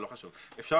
אפשר